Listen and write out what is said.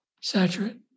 saturate